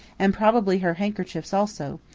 and probably her handkerchiefs also,